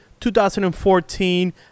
2014